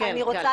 אני רוצה